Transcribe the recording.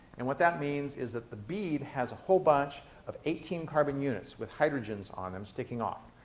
and what that means is that the bead has a whole bunch of eighteen carbon units with hydrogens on them, sticking off.